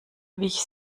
wich